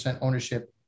ownership